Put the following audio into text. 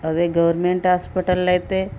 అదే గవర్నమెంట్ హాస్పిటల్ల అయితే